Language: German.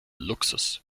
luxus